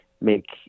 make